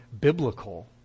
biblical